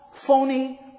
phony